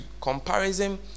comparison